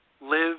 Live